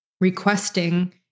requesting